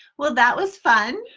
well that was fun.